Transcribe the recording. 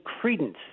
credence